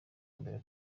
mbere